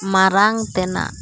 ᱢᱟᱨᱟᱝᱛᱮᱱᱟᱜ